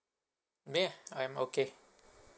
mm yeah I'm okay